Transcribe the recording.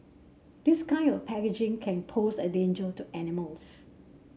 this kind of packaging can pose a danger to animals